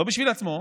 לא בשביל עצמו,